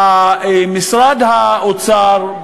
משרד האוצר,